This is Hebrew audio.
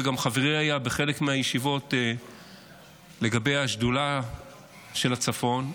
וגם חברי היה בחלק מהישיבות לגבי השדולה של הצפון,